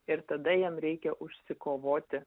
ir tada jam reikia užsikovoti